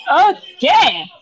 Okay